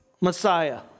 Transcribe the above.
Messiah